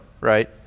right